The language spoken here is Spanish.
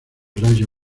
rayo